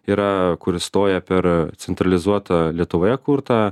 yra kuri stoja per centralizuotą lietuvoje kurtą